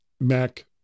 Mac